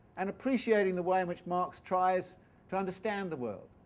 and appreciating the way in which marx tries to understand the world.